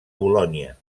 bolonya